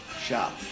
shop